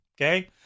okay